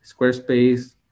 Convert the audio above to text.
Squarespace